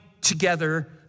together